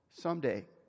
someday